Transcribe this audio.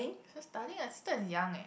her studying her sister is young leh